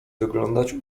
wyglądać